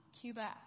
Cuba